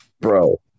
bro